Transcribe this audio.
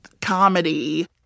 comedy